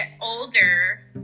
older